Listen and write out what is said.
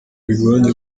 bigoranye